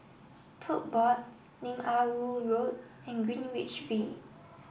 Tote Board Lim Ah Woo Road and Greenwich V